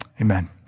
Amen